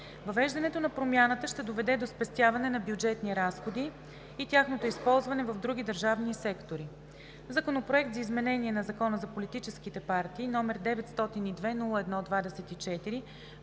Въвеждането на промяната ще доведе до спестяване на бюджетни разходи и тяхното използване в други държавни сектори. Законопроектът за изменение на Закона за политическите партии, № 902-01-24,